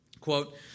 Quote